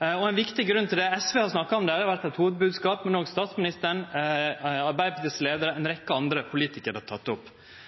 SV har snakka om det, det har vore eit hovudbodskap, men òg statsministeren, leiaren i Arbeidarpartiet og ei rekkje andre politikarar har teke det opp. Ein viktig grunn til det